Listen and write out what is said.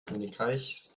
königreichs